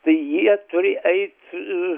tai jie turi eit